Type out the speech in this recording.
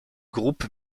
groupe